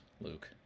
Luke